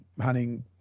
hunting